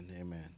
amen